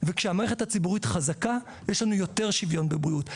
וכשהמערכת הציבורית חזקה יש לנו יותר שוויון בבריאות.